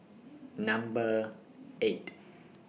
Number eight